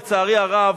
לצערי הרב,